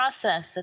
process